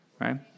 right